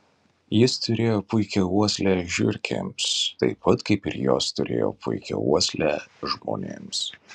jis turėjo puikią uoslę žiurkėms taip pat kaip ir jos turėjo puikią uoslę žmonėms